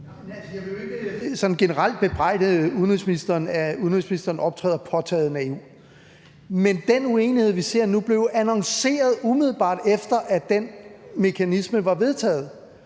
Jeg vil jo ikke sådan generelt bebrejde udenrigsministeren, at udenrigsministeren optræder påtaget naiv. Men den uenighed, vi ser nu, blev jo annonceret, umiddelbart efter at den mekanisme var vedtaget.